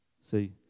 See